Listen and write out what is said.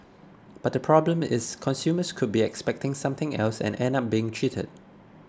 but the problem is consumers could be expecting something else and end up being cheated